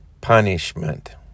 punishment